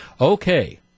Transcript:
okay